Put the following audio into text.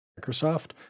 Microsoft